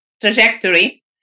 trajectory